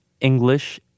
English